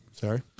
Sorry